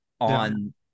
on –